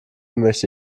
möchte